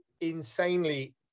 insanely